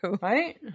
Right